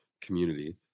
community